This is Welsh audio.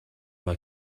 mae